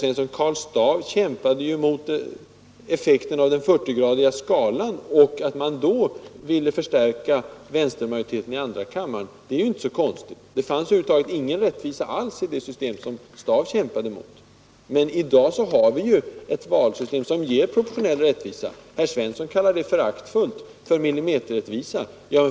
Men Karl Staaff kämpade ju mot effekten av den 40-gradiga skalan. Att han då ville förstärka vänstermajoriteten i andra kammaren är inte så konstigt. Det fanns över huvud taget ingen rättvisa i det system som Staaff kämpade emot. Men i dag har vi ett valsystem som ger proportionell rättvisa. Herr Svensson kallar det föraktfullt för millimeterrättvisa.